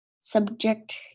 Subject